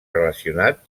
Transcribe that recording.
relacionat